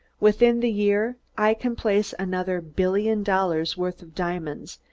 within the year i can place another billion dollars' worth of diamonds,